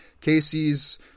Casey's